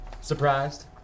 Surprised